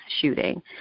shooting